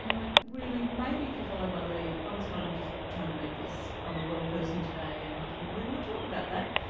like, really, maybe if you followed my lead, i was kind of just trying to make this, i'm a well person today and i didn't really want to talk about that.